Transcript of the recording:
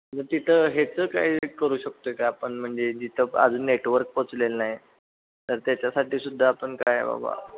मग तिथं हेचं काय करू शकतो आहे का आपण म्हणजे जिथं अजून नेटवर्क पोचलेलं नाही तर त्याच्यासाठी सुद्धा आपण काय बाबा